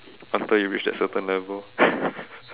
after you reach that certain level